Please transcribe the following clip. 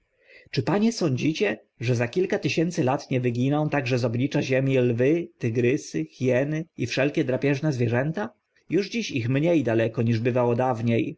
czy panie sądzicie że za kilka tysięcy lat nie wyginą także z oblicza ziemi lwy tygrysy hieny i wszelkie drapieżne zwierzęta już dziś ich mnie daleko niż bywało dawnie